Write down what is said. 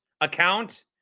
Account